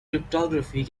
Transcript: cryptography